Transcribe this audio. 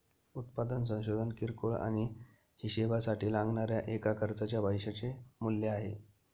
उत्पादन संशोधन किरकोळ आणि हीशेबासाठी लागणाऱ्या एका खर्चाच्या पैशाचे मूल्य आहे